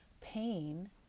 Pain